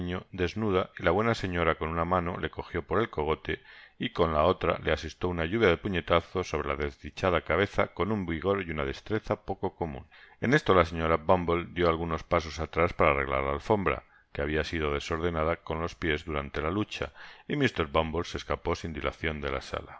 desnuda y la buena señora con una mano le cojió por el cogote y con la otra le asestó una lluvia de puñetazos sobre la desdichada cabeza con un vigor y una destreza poco en esto la señora bumble dió algunos pasos atrás para arreglar la alfombra que habia sido desordenada con los pies durante la lucha y mr bumble se esgapó sin dilacion de la sala